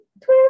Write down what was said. Twist